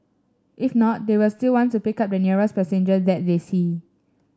if not they will still want to pick up the nearest passenger that they see